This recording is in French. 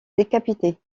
décapité